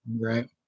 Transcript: Right